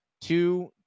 two